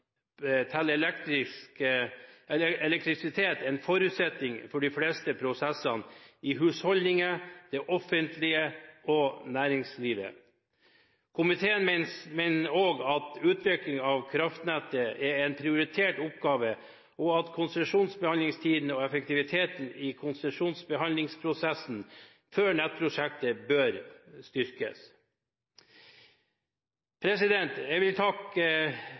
av elektrisk kraft er avgjørende for samfunnet. I dag er tilgang til elektrisitet en forutsetning for de fleste prosessene i husholdninger, i det offentlige og i næringslivet. Komiteen mener også at utviklingen av kraftnettet er en prioritert oppgave, og at konsesjonsbehandlingstiden og effektiviteten i konsesjonsbehandlingsprosessen for nettprosjekter bør styrkes. Jeg vil takke